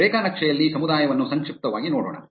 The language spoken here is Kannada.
ರೇಖಾನಕ್ಷೆಯಲ್ಲಿ ಸಮುದಾಯವನ್ನು ಸಂಕ್ಷಿಪ್ತವಾಗಿ ನೋಡೋಣ